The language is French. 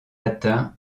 atteint